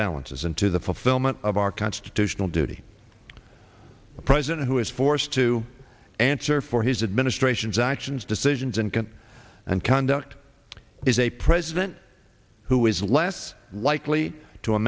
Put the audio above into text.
balances and to the fulfillment of our constitutional duty a president who is forced to answer for his administration's actions decisions and can and conduct is a president who is less likely to